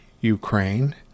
Ukraine